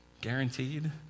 Guaranteed